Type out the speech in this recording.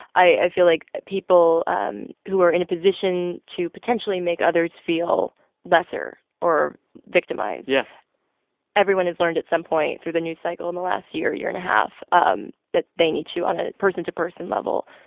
i feel like people um who are in a position to potentially make others feel lesser or victimized yeah everyone has learned at some point through the news cycle in the last year, year and a half um that they need to, on a person-to-person level,